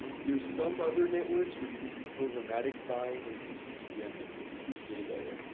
there's some other networks where you can do programmatic buying where you can do cpm, but cpc is way better.